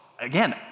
again